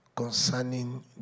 Concerning